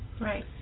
Right